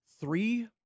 three